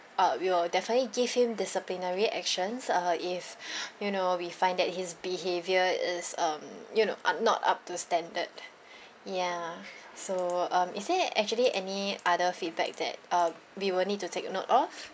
uh we will definitely give him disciplinary actions err if you know we find that his behaviour is um you know are not up to standard ya so um is there actually any other feedback that uh we will need to take note of